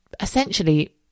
essentially